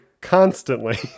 constantly